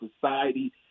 society